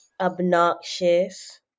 Obnoxious